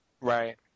Right